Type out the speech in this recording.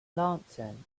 lantern